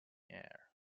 air